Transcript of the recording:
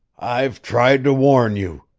i've tried to warn you,